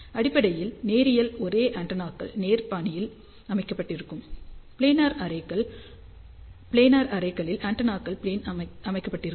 அடிப்படையில் நேரியல் அரே ஆண்டெனாக்கள் நேர் பாணியில் அமைக்கப்பட்டிருக்கும் பிளானர் அரேக்களில் ஆண்டெனாக்கள் ப்ளேனில் அமைக்கப்பட்டிருக்கும்